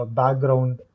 background